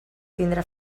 tindrà